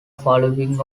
following